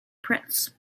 prince